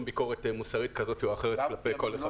ביקורת מוסרית כזו או אחרת כלפי כל אחד מהם.